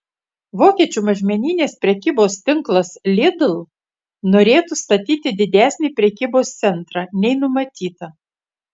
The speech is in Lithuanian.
vokiečių mažmeninės prekybos tinklas lidl norėtų statyti didesnį prekybos centrą nei numatyta